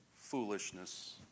foolishness